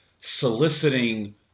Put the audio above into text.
soliciting